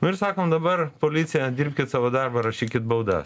nu ir sakom dabar policija dirbkit savo darbą rašykit baudas